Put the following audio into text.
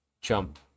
jump